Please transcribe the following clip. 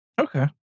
Okay